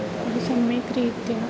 अपि सम्यक् रीत्या